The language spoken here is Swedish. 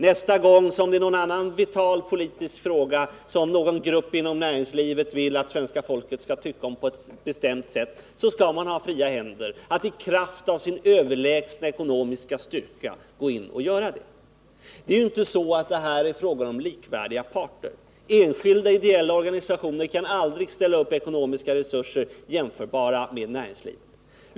Nästa gång det är någon annan vital politisk fråga som någon grupp i näringslivet vill att svenska folket skall tycka på ett bestämt sätt i, så skall man ha fria händer att i kraft av sin överlägsna ekonomiska styrka gå in och se till att folket gör så. Här är inte fråga om likvärdiga parter. Enskilda ideella organisationer kan aldrig ställa upp ekonomiska resurser jämförbara med näringslivets.